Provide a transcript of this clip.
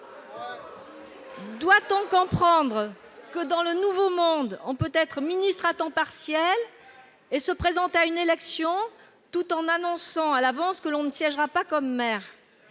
Doit-on comprendre que, dans le nouveau monde, on peut être ministre à temps partiel et se présenter à une élection tout en annonçant à l'avance que l'on ne siégera pas comme maire ?